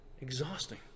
Exhausting